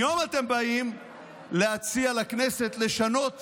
היום אתם באים להציע לכנסת לשנות